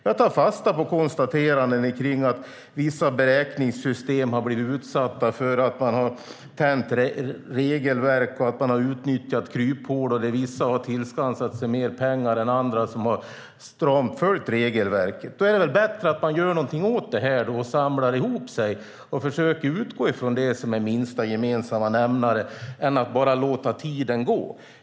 Jag tar fasta på konstaterandena att vissa beräkningssystem har blivit utsatta för att man tänjt på regelverk och utnyttjat kryphål och att vissa har tillskansat sig mer pengar än andra som stramt har följt regelverket. Det är bättre att man gör något åt detta och försöker utgå från det som är minsta gemensamma nämnare än att bara låta tiden gå.